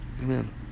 Amen